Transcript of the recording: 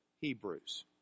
Hebrews